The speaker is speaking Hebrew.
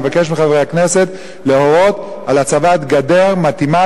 אני מבקש מחברי הכנסת להורות על הצבת גדר מתאימה,